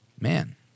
Man